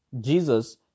Jesus